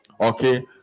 okay